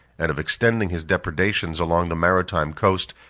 and of extending his depredations along the maritime coast,